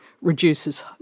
reduces